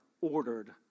ordered